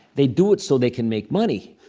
they do it so they can make money.